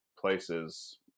places